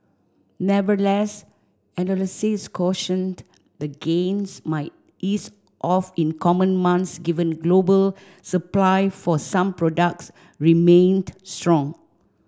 nevertheless analysts cautioned the gains might ease off in coming months given global supply for some products remained strong